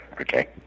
okay